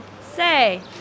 Say